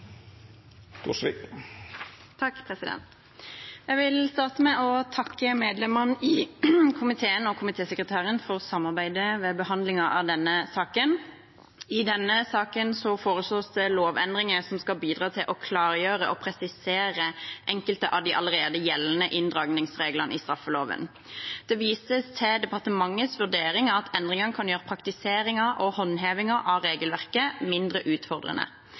vil starte med å takke medlemmene i komiteen og komitésekretæren for samarbeidet ved behandlingen av denne saken. I denne saken foreslås det lovendringer som skal bidra til å klargjøre og presisere enkelte av de allerede gjeldende inndragningsreglene i straffeloven. Det vises til departementets vurdering av at endringene kan gjøre praktiseringen og håndhevingen av regelverket mindre